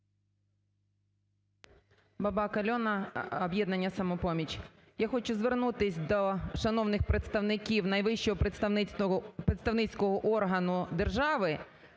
Бабак Альона, об'єднання "Самопоміч". Я хочу звернутися до шановних представників найвищого представницького органу держави